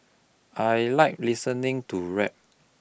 I like listening to rap